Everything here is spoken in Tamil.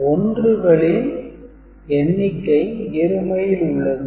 எனவே 1 களின் எண்ணிக்கை இருமையில் உள்ளது